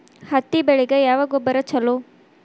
ಹತ್ತಿ ಬೆಳಿಗ ಯಾವ ಗೊಬ್ಬರ ಛಲೋ?